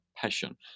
passion